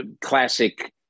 classic